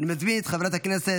הגנה על זכויות